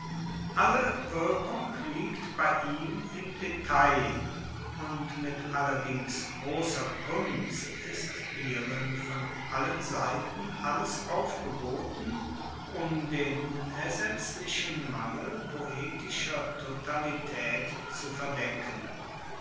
alle wirkung liegt bei ihm im detail und mit allerdings grosser kunst ist hierin von allen seiten alles aufgeboten um den unersetzlichen mangel poetischer totalitaet zu verdecken